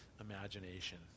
imagination